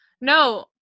No